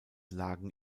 lagen